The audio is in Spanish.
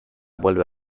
vuelve